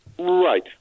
Right